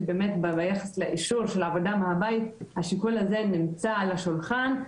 שבאמת ביחס לאישור של העבודה מהבית השיקול הזה נמצא על השולחן,